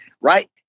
right